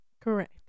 correct